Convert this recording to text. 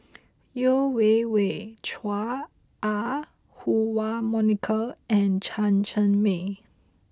Yeo Wei Wei Chua Ah Huwa Monica and Chen Cheng Mei